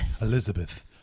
Elizabeth